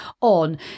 on